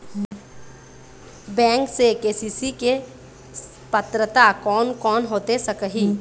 Bank से KCC के पात्रता कोन कौन होथे सकही?